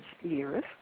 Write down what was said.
years